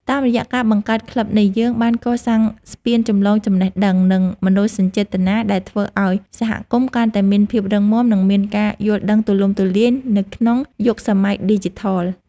តាមរយៈការបង្កើតក្លឹបនេះ យើងបានកសាងស្ពានចម្លងចំណេះដឹង និងមនោសញ្ចេតនា ដែលធ្វើឱ្យសហគមន៍កាន់តែមានភាពរឹងមាំ និងមានការយល់ដឹងទូលំទូលាយ នៅក្នុងយុគសម័យឌីជីថល។